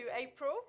April